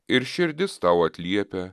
ir širdis tau atliepia